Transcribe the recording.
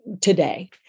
today